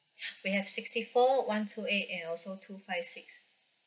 we have sixty four one two eight and also two five six